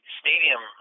stadium